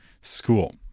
school